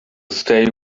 stay